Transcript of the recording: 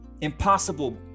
impossible